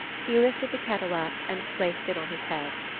he lifted the kettle up and placed it on his head.